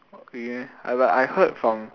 really meh I but I heard from